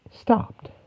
stopped